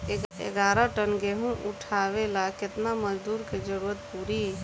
ग्यारह टन गेहूं उठावेला केतना मजदूर के जरुरत पूरी?